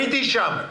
הייתי שם.